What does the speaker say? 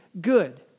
good